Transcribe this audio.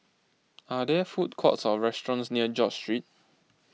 are there food courts or restaurants near George Street